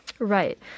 Right